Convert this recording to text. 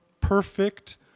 perfect